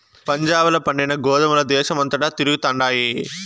పంజాబ్ ల పండిన గోధుమల దేశమంతటా తిరుగుతండాయి